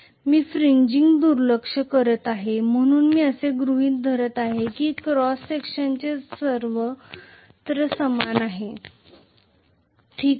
मी fringing कडे दुर्लक्ष करीत आहे म्हणून मी असे गृहित धरत आहे की क्रॉस सेक्शनचे क्षेत्र सर्वत्र समान आहे ठीक आहे